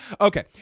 Okay